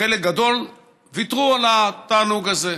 חלק גדול ויתרו על התענוג הזה.